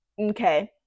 okay